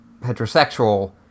heterosexual